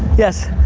yes?